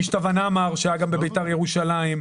אישטוון האמר שהיה גם בבית"ר ירושלים,